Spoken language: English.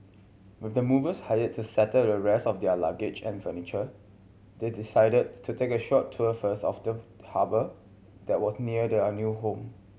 with the movers hired to settle the rest of their luggage and furniture they decided to take a short tour first of the harbour that was near their new home